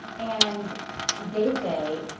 and they say,